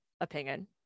opinion